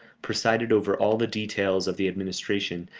presided over all the details of the administration,